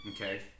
Okay